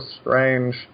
strange